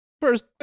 first